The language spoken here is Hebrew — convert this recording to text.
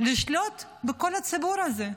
לשלוט בכל הציבור הזה,